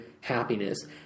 happiness